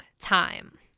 time